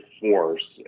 force